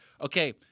okay